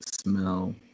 smell